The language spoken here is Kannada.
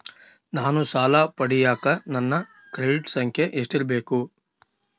ನಾನು ಸಾಲ ಪಡಿಯಕ ನನ್ನ ಕ್ರೆಡಿಟ್ ಸಂಖ್ಯೆ ಎಷ್ಟಿರಬೇಕು?